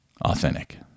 authentic